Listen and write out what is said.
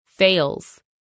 fails